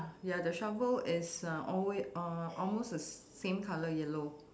ya the shovel is uh always uh almost the same colour yellow